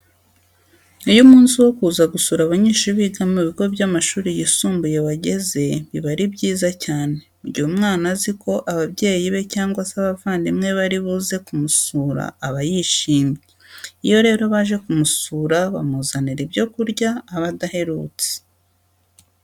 Iyo umunsi wo kuza gusura abanyeshuri biga mu bigo by'amashuri yisumbuye wageze biba ari byiza cyane. Mu gihe umwana azi ko ababyeyi be cyangwa se abavandimwe be bari buze kumusura aba yishimye. Iyo rero baje kumusura bamuzanira ibyo kurya aba adaherutse.